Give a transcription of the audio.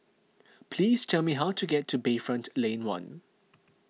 please tell me how to get to Bayfront Lane one